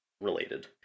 related